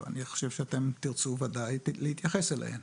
אני חושב שאתם ודאי תרצו להתייחס אליהן.